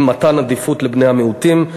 עם מתן עדיפות לבני המיעוטים.